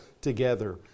together